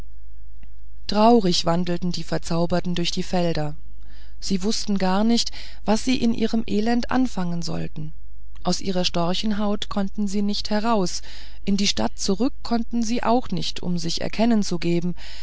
traurig wandelten die verzauberten durch die felder sie wußten gar nicht was sie in ihrem elend anfangen sollten aus ihrer storchenhaut konnten sie nicht heraus in die stadt zurück konnten sie auch nicht um sich zu erkennen zu geben